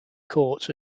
courts